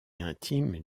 intime